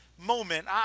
Moment